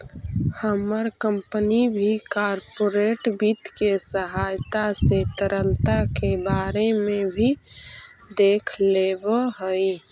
हमर कंपनी भी कॉर्पोरेट वित्त के सहायता से तरलता के बारे में भी देख लेब हई